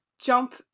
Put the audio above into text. jump